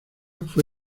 fue